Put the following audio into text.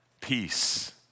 peace